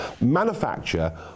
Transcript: manufacture